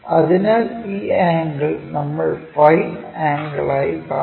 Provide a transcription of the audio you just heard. അതിനാൽ ഈ ആംഗിൾ നമ്മൾ 𝝫 ആംഗിളായി കാണുന്നു